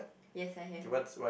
yes I have it